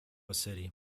city